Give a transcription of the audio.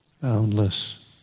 boundless